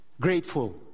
grateful